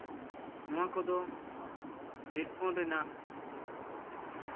ᱱᱚᱶᱟ ᱠᱚᱫᱚ ᱦᱮᱰᱯᱷᱳᱱ ᱨᱮᱱᱟᱜ